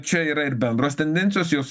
čia yra ir bendros tendencijos jos